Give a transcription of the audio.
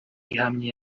ihamye